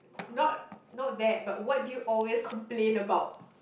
not not there but what do you always complain about